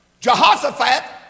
Jehoshaphat